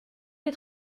des